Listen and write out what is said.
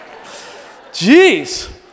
Jeez